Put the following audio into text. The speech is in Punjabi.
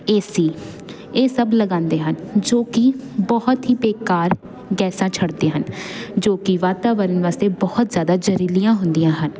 ਏ ਸੀ ਇਹ ਸਭ ਲਗਾਉਂਦੇ ਹਾਂ ਜੋ ਕਿ ਬਹੁਤ ਹੀ ਬੇਕਾਰ ਗੈਸਾਂ ਛੱਡਦੇ ਹਨ ਜੋ ਕਿ ਵਾਤਾਵਰਨ ਵਾਸਤੇ ਬਹੁਤ ਜ਼ਿਆਦਾ ਜ਼ਹਿਰੀਲੀਆਂ ਹੁੰਦੀਆਂ ਹਨ